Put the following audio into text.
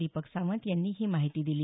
दीपक सावंत यांनी ही माहिती दिली